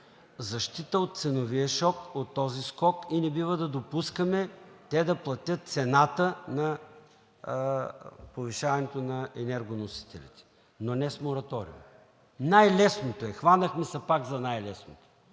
защита от ценовия шок на този скок и не бива да допускаме те да платят цената на повишаването на енергоносителите, но не с мораториум. Най-лесното е. Хванахме се пак за най-лесното